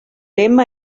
lema